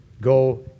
go